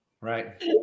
Right